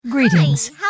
Greetings